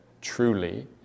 truly